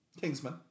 Kingsman